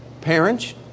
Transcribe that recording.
Parents